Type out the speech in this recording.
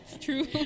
true